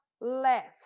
left